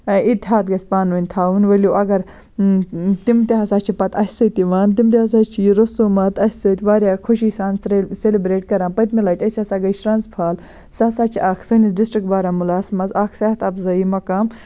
اِتحاد گژھِ پانہٕ ؤنۍ تھاوُن ؤلِو اگر تِم تہِ ہسا چھِ پَتہٕ اَسہِ سۭتۍ یِوان تِم تہِ ہسا چھِ یہِ رسوٗمات اَسہِ سۭتۍ واریاہ خوشی سان سیلبرٛیٹ کران پٔتۍمہِ لَٹہِ أسۍ ہسا گٔے شرٛنٛز فال سُہ ہسا چھِ اَکھ سٲنِس ڈِسٹِرٛک بارہموٗلہَس منٛز اَکھ صحت اَفزٲیی مقام